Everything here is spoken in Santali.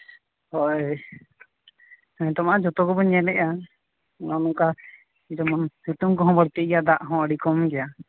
ᱦᱳᱭ ᱱᱤᱛᱚᱝ ᱢᱟ ᱡᱷᱚᱛᱚ ᱜᱮᱵᱚᱱ ᱧᱮᱞᱮᱫᱼᱟ ᱱᱚᱜᱼᱚ ᱱᱚᱝᱠᱟ ᱱᱤᱛᱚᱝ ᱡᱮᱢᱚᱱ ᱥᱤᱛᱩᱝ ᱠᱚᱦᱚᱸ ᱵᱟᱹᱲᱛᱤ ᱜᱮᱭᱟ ᱫᱟᱜ ᱦᱚᱸ ᱟᱹᱰᱤ ᱠᱚᱢ ᱜᱮᱭᱟ